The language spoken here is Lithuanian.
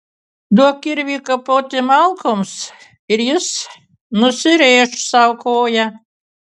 duok kirvį kapoti malkoms ir jis nusirėš sau koją